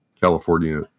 California